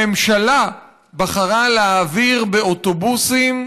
הממשלה בחרה להעביר באוטובוסים,